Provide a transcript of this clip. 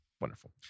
wonderful